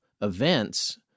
events –